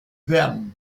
verne